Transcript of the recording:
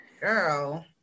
girl